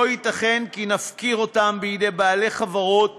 לא ייתכן כי נפקיר אותם בידי בעלי חברות